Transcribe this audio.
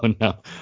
no